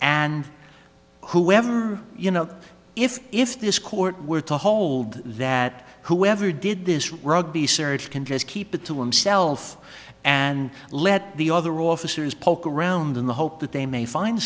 and whoever you know if if this court were to hold that whoever did this rugby search can just keep it to himself and let the other officers poke around in the hope that they may find